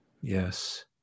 Yes